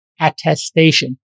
attestation